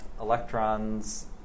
electrons